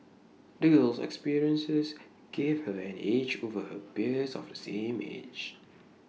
the girl's experiences gave her an edge over her peers of the same age